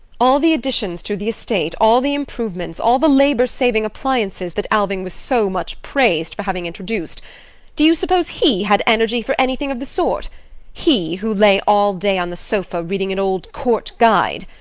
all the additions to the estate all the improvements all the labour-saving appliances, that alving was so much praised for having introduced do you suppose he had energy for anything of the sort he, who lay all day on the sofa, reading an old court guide!